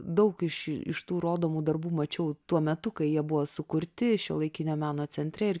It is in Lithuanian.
daug iš iš tų rodomų darbų mačiau tuo metu kai jie buvo sukurti šiuolaikinio meno centre ir